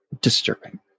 disturbing